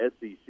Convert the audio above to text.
SEC